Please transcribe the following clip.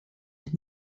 ich